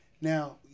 Now